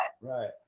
Right